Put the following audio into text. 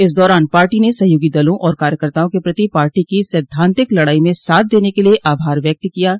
इस दौरान पार्टी ने सहयोगी दलों और कार्यकर्ताओं के प्रति पार्टी की सैद्धान्तिक लड़ाई में साथ देने के लिये आभार व्यक्त किया गया